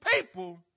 people